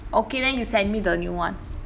okay then you send me the new [one]